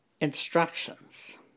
instructions